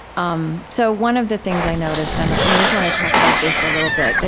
um so one of the things i noticed and i just want to talk about this a little bit.